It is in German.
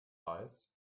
reis